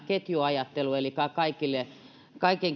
ketjuajattelusta eli että kaikille